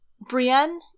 Brienne